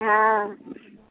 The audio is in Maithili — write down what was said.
हँ